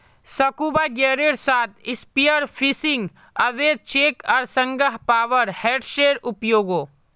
scuba गियरेर साथ spearfishing अवैध छेक आर संगह पावर हेड्सेर उपयोगो